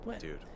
Dude